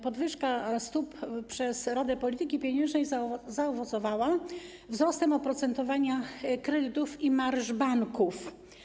Podwyżka stóp przez Radę Polityki Pieniężnej zaowocowała wzrostem oprocentowania kredytów i marż banków.